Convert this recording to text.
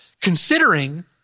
considering